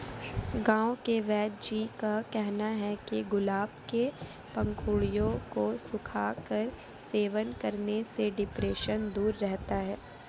गांव के वेदजी का कहना है कि गुलाब के पंखुड़ियों को सुखाकर सेवन करने से डिप्रेशन दूर रहता है